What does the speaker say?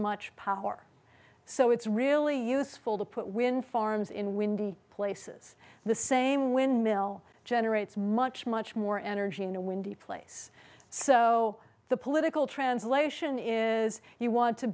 much power so it's really useful to put wind farms in windy places the same wind mill generates much much more energy in a windy place so the political translation is you want to